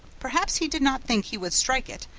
perhaps he did not think he would strike it.